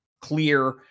clear